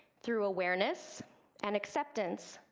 through awareness and acceptance,